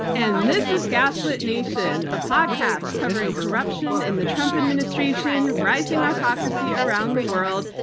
and this is gaslit nation, a podcast covering corruption in the trump administration, rising autocracy around the world,